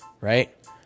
right